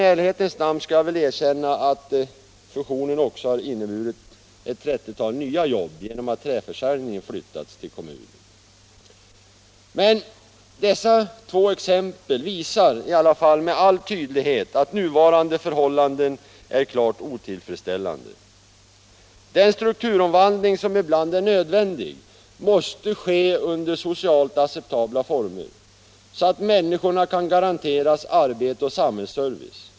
I ärlighetens namn skall jag väl erkänna att fusionen också har inneburit ett trettiotal nya jobb genom att träförsäljningen flyttats till kommunen. Dessa två exempel visar i alla fall med all tydlighet att nuvarande förhållanden är klart otillfredsställande. Den strukturomvandling som ibland är nödvändig måste ske under socialt acceptabla former, så att människorna kan garanteras arbete och samhällsservice.